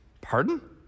Pardon